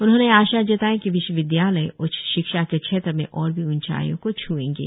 उन्होंने आशा जताई कि विश्वविदयालय उच्च शिक्षा के क्षेत्र में और भी उंचाइयों को छुएंगे